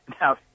Now